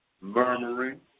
Murmuring